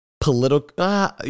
political